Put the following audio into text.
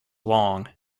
long